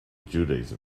judaism